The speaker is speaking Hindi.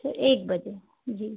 अच्छा एक बजे जी